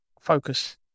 focus